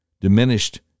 diminished